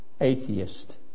atheist